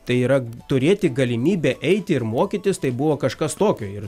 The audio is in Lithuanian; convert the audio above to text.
tai yra turėti galimybę eiti ir mokytis tai buvo kažkas tokio ir